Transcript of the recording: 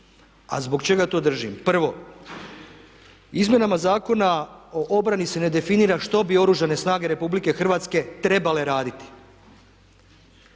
a zbog čega to držim? Prvo, izmjenama Zakona o obrani se ne definira što bi Oružane snage RH trebale raditi.